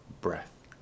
breath